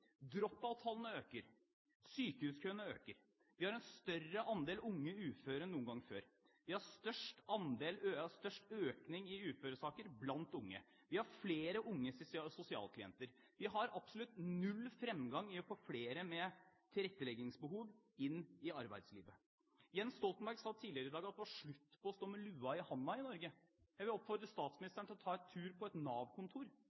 Drop-out-tallene øker, sykehuskøene øker. Vi har en større andel unge uføre enn noen gang før. Vi har størst økning i uføresaker blant unge. Vi har flere unge sosialklienter. Vi har absolutt null fremgang i å få flere med tilretteleggingsbehov inn i arbeidslivet. Jens Stoltenberg sa tidligere i dag at det var slutt på å stå med lua i handa i Norge. Jeg vil oppfordre